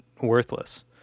worthless